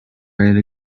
ready